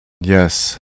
yes